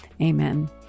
Amen